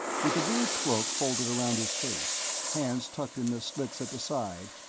with the blue cloak folded around his face, hands tucked in the slits at the side,